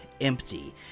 empty